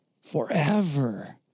forever